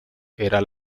era